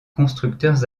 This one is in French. constructeurs